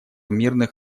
мирных